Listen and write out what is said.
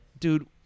Dude